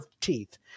teeth